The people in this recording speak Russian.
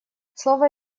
слово